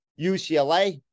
UCLA